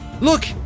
Look